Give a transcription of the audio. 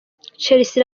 chelsea